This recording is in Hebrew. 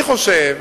אני חושב